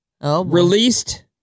released